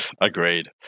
Agreed